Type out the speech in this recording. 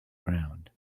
ground